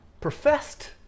professed